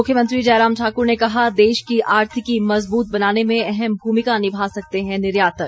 मुख्यमंत्री जयराम ठाकुर ने कहा देश की आर्थिकी मज़बूत बनाने में अहम भूमिका निभा सकते हैं निर्यातक